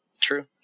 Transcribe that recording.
True